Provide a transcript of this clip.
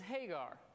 Hagar